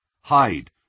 Hide